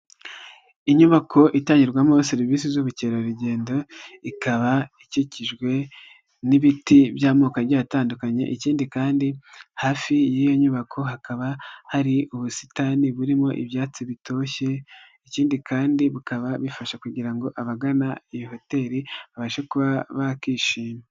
Inyubako itangirwamo serivisi z'ubukerarugendo, ikaba ikikijwe n'ibiti by'amoko agiye atandukanye, ikindi kandi hafi y'iyo nyubako hakaba hari ubusitani burimo ibyatsi bitoshye, ikindi kandi bukaba bifasha kugira ngo abagana iyi hoteli, babashe kuba bakishima.